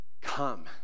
come